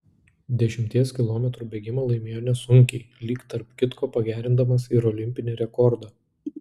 dešimties kilometrų bėgimą laimėjo nesunkiai lyg tarp kitko pagerindamas ir olimpinį rekordą